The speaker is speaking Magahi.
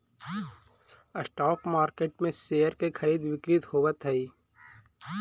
स्टॉक मार्केट में शेयर के खरीद बिक्री होवऽ हइ